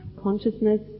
consciousness